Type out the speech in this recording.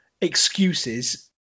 excuses